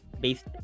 based